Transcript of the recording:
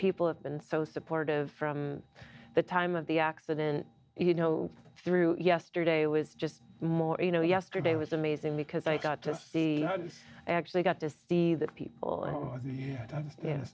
people have been so supportive from the time of the accident you know through yesterday it was just more you know yesterday was amazing because i got to see i actually got to see that people